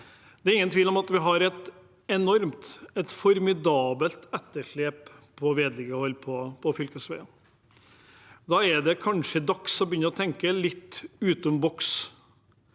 Det er ingen tvil om at vi har et enormt – formidabelt – etterslep på vedlikehold på fylkesveiene. Da er det kanskje dags å tenke litt utenom boksen.